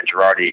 Girardi